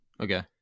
Okay